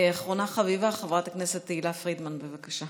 אחרונה חביבה, חברת כנסת תהלה פרידמן, בבקשה.